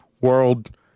world